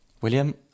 William